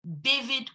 David